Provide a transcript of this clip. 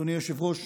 אדוני היושב-ראש